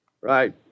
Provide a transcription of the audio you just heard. Right